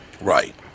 Right